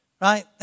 right